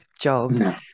job